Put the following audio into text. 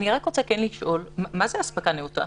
אני רק רוצה לשאול: מה זה "אספקה נאותה"?